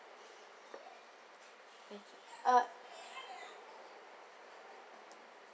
uh